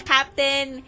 Captain